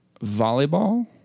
volleyball